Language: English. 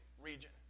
region